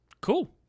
Cool